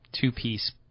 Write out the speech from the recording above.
two-piece